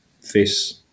face